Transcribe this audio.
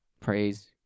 Praise